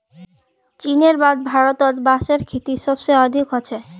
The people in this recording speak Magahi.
चीनेर बाद भारतत बांसेर खेती सबस बेसी ह छेक